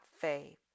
faith